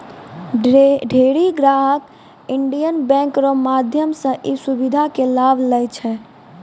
ढेरी ग्राहक Indian bank रो माध्यम से ई सुविधा के लाभ लै छै